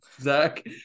Zach